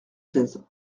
seize